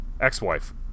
ex-wife